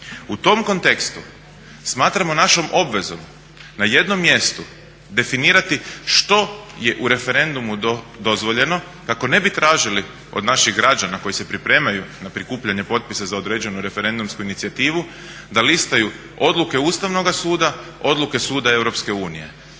U tom kontekstu smatramo našom obvezom na jednom mjestu definirati što je u referendumu dozvoljeno kako ne bi tražili od naših građana koji se pripremaju na prikupljanje potpisa za određenu referendumsku inicijativu da listaju odluke Ustavnoga suda, odluke Suda EU.